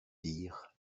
dirent